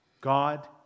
God